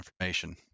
information